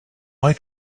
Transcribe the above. why